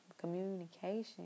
Communication